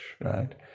right